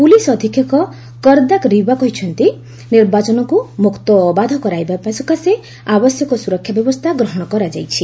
police ଅଧୀକ୍ଷକ କର୍ଦାକ୍ ରିବା କହିଛନ୍ତି ନିର୍ବାଚନକ୍ ମ୍ରକ୍ତ ଓ ଅବାଧ କରାଇବା ସକାଶେ ଆବଶ୍ୟକ ସ୍ରରକ୍ଷା ବ୍ୟବସ୍ଥା ଗ୍ରହଣ କରାଯାଇଛି